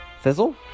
Fizzle